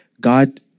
God